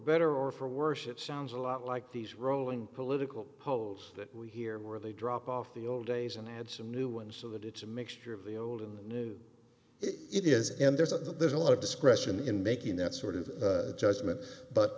better or for worse it sounds a lot like these rolling political polls that we hear where they drop off the old days and add some new ones so that it's a mixture of the old and new it is and there's a there's a lot of discretion in making that sort of judgement but